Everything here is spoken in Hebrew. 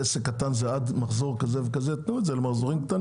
"עסק קטן זה עד מחזור כזה וכזה" תנו את זה למחזורים קטנים.